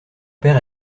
père